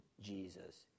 Jesus